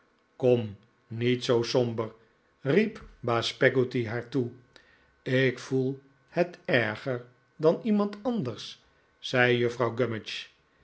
kom niet zoo somber riep baas peggotty haar toe ik voel het erger dan iemand anders zei juffrouw